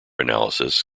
analysis